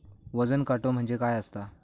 वजन काटो म्हणजे काय असता?